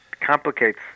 complicates